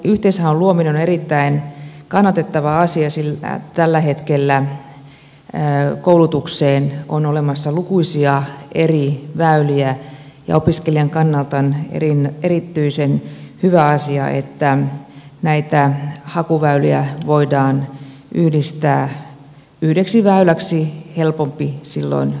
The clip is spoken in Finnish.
yhteishaun luominen on erittäin kannatettava asia sillä tällä hetkellä koulutukseen on olemassa lukuisia eri väyliä ja opiskelijan kannalta on erityisen hyvä asia että näitä hakuväyliä voidaan yhdistää yhdeksi väyläksi helpompi silloin käyttää